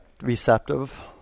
Receptive